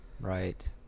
Right